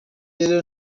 rero